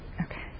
Okay